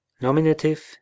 Nominative